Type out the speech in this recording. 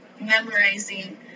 memorizing